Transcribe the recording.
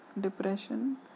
depression